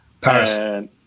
Paris